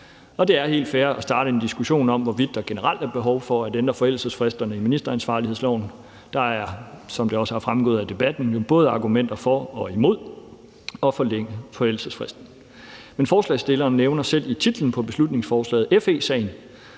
det er helt fair at starte en diskussion om, hvorvidt der generelt er behov for at ændre forældelsesfristerne i ministeransvarlighedsloven. Der er – som det også er fremgået af debatten – jo både argumenter for og imod at forlænge forældelsesfristen. Men forslagsstillerne nævner selv FE-sagen i titlen på beslutningsforslaget,